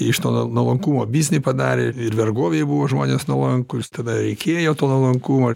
iš to nuo nuolankumo biznį padarė ir vergovėj buvo žmonės nuolankūs tada reikėjo to nuolankumo